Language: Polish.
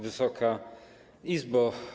Wysoka Izbo!